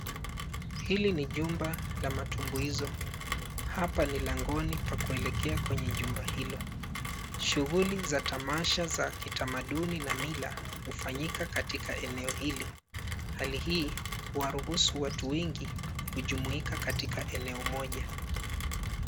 Hili ni jumba la matumbuizo. Hapa ni langoni pa kuelekea kwenye jumba hilo. Shuguli za tamasha za kitamaduni na mila hufanyika katika eneo hili. Hali hii huwaruhusu watu wengi kujumuika katika eneo moja.